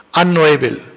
unknowable